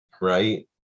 right